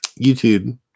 YouTube